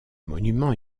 monument